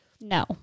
No